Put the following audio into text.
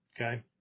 Okay